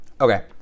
Okay